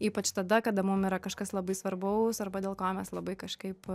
ypač tada kada mum yra kažkas labai svarbaus arba dėl ko mes labai kažkaip